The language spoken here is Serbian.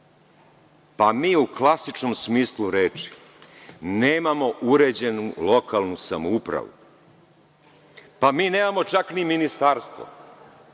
Mi u klasičnom smislu reči nemamo uređenu lokalnu samoupravu, pa mi nemamo čak ni ministarstvo.